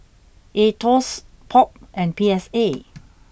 Aetos Pop and P S A